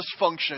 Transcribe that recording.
dysfunction